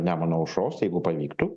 nemuno aušros jeigu pavyktų